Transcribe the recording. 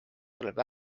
tuleb